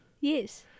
Yes